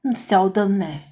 seldom leh